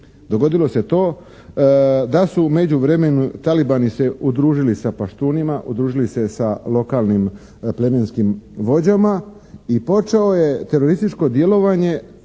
Dogodilo se to da su u međuvremenu talibani se udružili sa paštunima, udružili se sa lokalnim plemenskim vođama i počelo je terorističko djelovanje